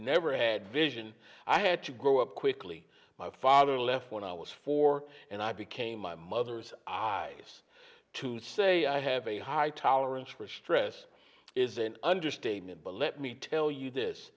never had vision i had to grow up quickly my father left when i was four and i became my mother's eyes to say i have a high tolerance for stress is an understatement but let me tell you this